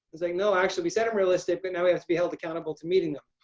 no. actually we set unrealistic but now we have to be held accountable to meeting them.